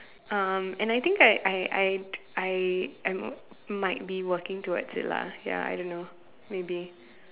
um and I think I I I'd I I'm might might be working towards it lah ya I don't know maybe